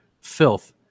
filth